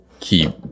Keep